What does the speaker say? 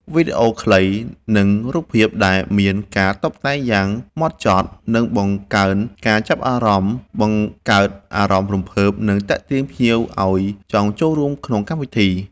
វីដេអូខ្លី និងរូបភាពដែលមានការតុបតែងយ៉ាងម៉ត់ចត់ នឹងបង្កើនការចាប់អារម្មណ៍ បង្កើតអារម្មណ៍រំភើប និងទាក់ទាញភ្ញៀវឲ្យចង់ចូលរួមក្នុងកម្មវិធី។